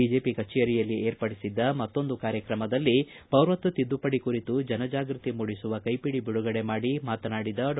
BJP ಕಚೇರಿಯಲ್ಲಿ ಏರ್ಪಡಿಸಿದ್ದ ಮತ್ತೊಂದು ಕಾರ್ಯಕ್ರಮದಲ್ಲಿ ಪೌರತ್ವ ತಿದ್ದುಪಡಿ ಕುರಿತು ಜಾಗ್ಗತಿ ಮೂಡಿಸುವ ಕೈಪಿಡಿ ಬಿಡುಗಡೆ ಮಾಡಿ ಮಾತನಾಡಿದ ಡಾ